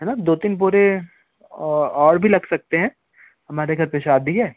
है ना दो तीन बोरे और भी लग सकते हैं हमारे घर पे शादी है